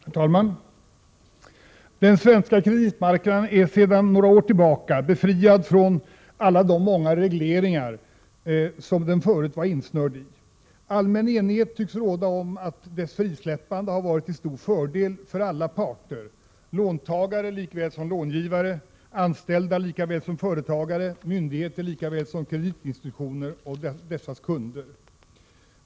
Herr talman! Den svenska kreditmarknaden är sedan några år tillbaka 18 maj 1988 befriad från alla de många regleringar som den förut var insnörd i! Allmän enighet tycks råda om att dess ”frisläppande” har varit till stor fördel för alla parter. Det gäller för låntagare lika väl som för långivare, för anställda lika väl som för företagare, för myndigheter lika väl som för kreditinstitutioner och deras kunder.